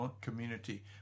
community